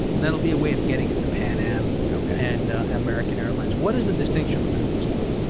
and that'll be a way of getting at the pan am and american airlines. what is the distinction between these two?